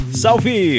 salve